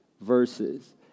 verses